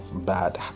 bad